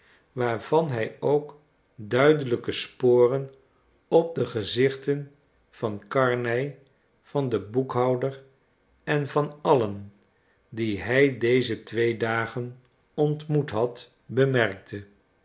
waarvan hij ook duidelijke sporen op de gezichten van karnej van den boekhouder en van allen die hij deze twee dagen ontmoet had bemerkte